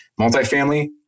Multifamily